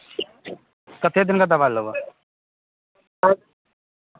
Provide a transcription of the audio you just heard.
कतेक दिनका दबाइ लेबै आओर